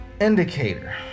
indicator